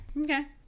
Okay